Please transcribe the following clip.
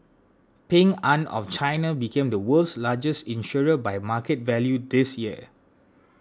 Ping An of China became the world's largest insurer by market value this year